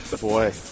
Boy